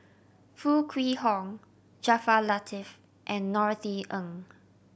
Foo Kwee Horng Jaafar Latiff and Norothy Ng